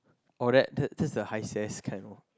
or that that that's the high stairs can ah